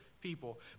people